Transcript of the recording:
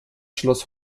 schloss